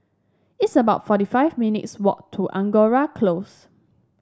it's about forty five minutes' walk to Angora Close